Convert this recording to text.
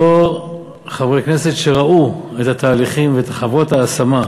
בתור חברי כנסת שראו את התהליכים ואת חברות ההשמה,